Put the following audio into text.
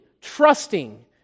trusting